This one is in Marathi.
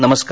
नमस्कार